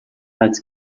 als